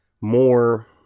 more